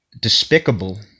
despicable